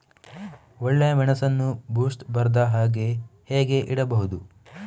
ಒಳ್ಳೆಮೆಣಸನ್ನು ಬೂಸ್ಟ್ ಬರ್ದಹಾಗೆ ಹೇಗೆ ಇಡಬಹುದು?